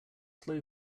slow